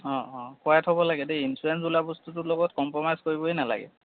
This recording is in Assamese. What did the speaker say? অঁ অঁ কৰাই থ'ব লাগে দেই ইঞ্চুৰেঞ্চ বোলা বস্তুটোৰ লগত কমপ্ৰমাইজ কৰিবই নেলাগে